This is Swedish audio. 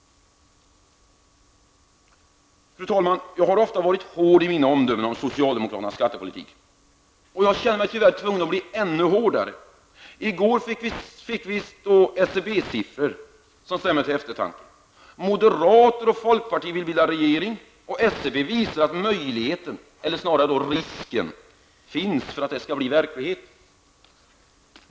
Fru talman! Jag har ofta varit hård i mina omdömen om socialdemokraternas skattepolitik, och jag känner mig tyvärr tvungen att vara ännu hårdare. I går fick vi SCB-siffror som stämmer till eftertanke. Moderaterna och folkpartiet vill bilda regering, och SCB visar att möjligheten, eller snarare risken, finns för att detta skall bli verklighet.